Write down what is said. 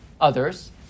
others